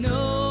no